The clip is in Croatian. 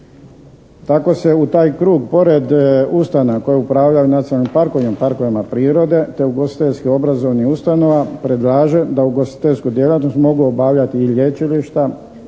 Tako se u taj krug pored ustanova koje upravljaju nacionalnim parkovima, parkovima prirode te ugostiteljsko obrazovnih ustanova predlaže da ugostiteljsku djelatnost mogu obavljati i lječilišta,